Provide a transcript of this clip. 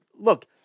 look